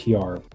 PR